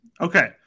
Okay